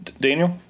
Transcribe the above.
Daniel